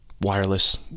wireless